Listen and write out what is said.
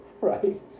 right